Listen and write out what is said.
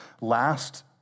last